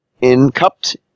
in-cupped